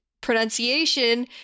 pronunciation